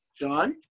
John